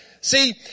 See